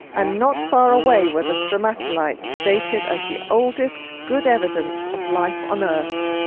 ah not far away were the stromatolites, dated as the oldest good evidence of life on earth.